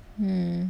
hmm